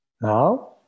Now